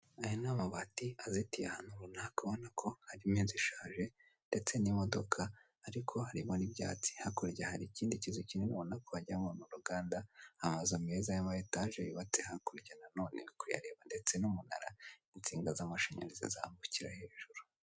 Aya ni amabati azitiye hano ubona, uri kubona ko harimo inzu ishaje ndetse n'imodoka, ariko harimo n'ibyatsi. Hakurya hari ikindi kizu kinini ubona ko wagira ngo habamo uruganda, amazu meza y'ama etaje yubatse hakurya nanone uri kuyareba ndetse n'umukara, insinga z'amashanyarazi zambukira hejuru.